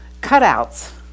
cutouts